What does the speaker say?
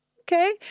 Okay